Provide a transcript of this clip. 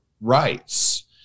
rights